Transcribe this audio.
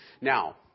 Now